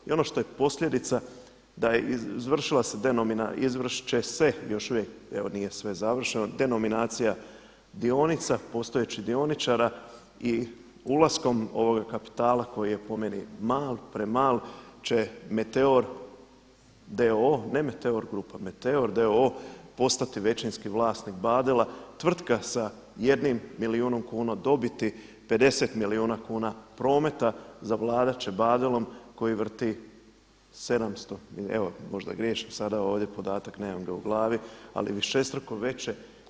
I ono što je posljedica da je izvršila se, izvršiti će se, još uvijek evo nije sve završeno, denominacija dionica, postojećih dioničara i ulaskom ovoga kapitala koji je po meni mal, premal će Meteor d.o., ne meteor grupa, Meteor d.o.o. postati većinski vlasnik Badela, tvrtka sa jednim milijunom kuna dobiti, 50 milijuna kuna prometa zavladati će Badelom koji vrti 700, evo možda griješim sada ovdje podatak nemam ga u glavi, ali višestruko veće.